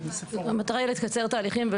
המטרה היא לקצר תהליכים.